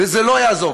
וזה לא יעזור.